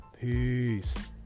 Peace